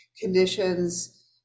conditions